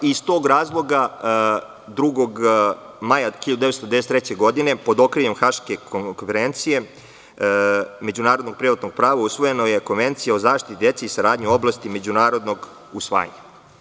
Iz tog razloga, 2. maja 1993. godine, pod okriljem Haške konferencije o međunarodnom privatnom pravu usvojena je Konvencija o zaštiti dece i saradnji u oblasti međunarodnog usvajanja.